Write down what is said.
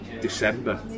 December